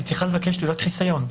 היא צריכה לבקש תעודת חיסיון.